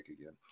again